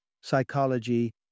psychology